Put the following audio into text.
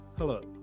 Hello